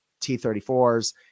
T-34s